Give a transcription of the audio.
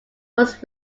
was